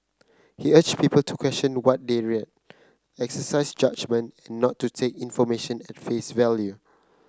he urged people to question what they read exercise judgement and not to take information at face value